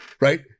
right